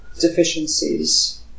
deficiencies